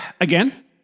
again